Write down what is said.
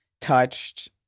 touched